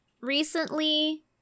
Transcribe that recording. recently